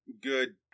good